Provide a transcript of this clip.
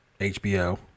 HBO